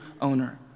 owner